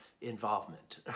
involvement